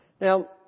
Now